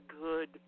good